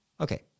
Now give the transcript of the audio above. Okay